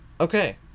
Okay